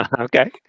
Okay